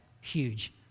huge